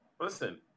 listen